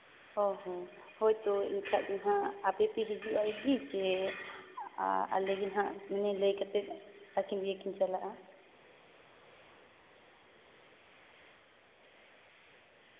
ᱚ ᱦᱚᱸ ᱦᱳᱭᱛᱳ ᱮᱱᱠᱷᱟᱱ ᱫᱚ ᱱᱟᱦᱟᱜ ᱟᱯᱮ ᱯᱮ ᱦᱤᱡᱩᱜᱼᱟ ᱤᱫᱤ ᱥᱮ ᱟᱞᱮ ᱜᱮ ᱱᱟᱦᱟᱜ ᱩᱱᱤ ᱞᱟᱹᱭ ᱠᱟᱛᱮᱫ ᱟᱹᱠᱤᱱ ᱛᱮᱜᱮᱠᱤᱱ ᱪᱟᱞᱟᱜᱼᱟ